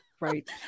Right